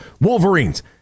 wolverines